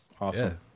Awesome